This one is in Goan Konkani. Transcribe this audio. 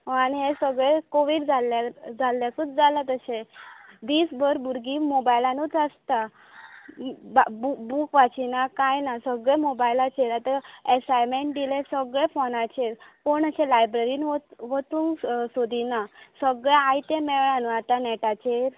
आनी हे सगळें कोविड जाल्यार जाल्याकूच जाल्यार तशें दिसभर भुरगीं मोबायलानूंच आसता बु बु बूक वाचिना कांय ना सगळें मोबायलाचेर आतां येसायमेंट दिलें सगळें फोनाचेर कोण अशें लायब्ररींत वचूंक सोदिनात सगळे आयते मेळ्ळा न्हय आतां नेटाचेर